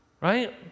right